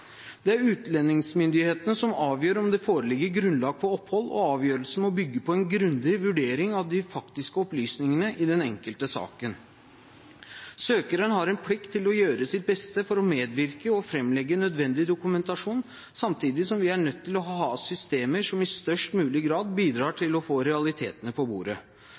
Det er utlendingsmyndighetene som avgjør om det foreligger grunnlag for opphold, og avgjørelsen må bygge på en grundig vurdering av de faktiske opplysningene i den enkelte saken. Søkeren har en plikt til å gjøre sitt beste for å medvirke og framlegge nødvendig dokumentasjon, samtidig som vi er nødt til å ha systemer som i størst mulig grad bidrar til å få realitetene på bordet.